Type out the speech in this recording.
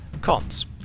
Cons